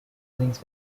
links